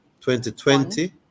2020